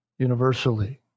universally